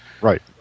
Right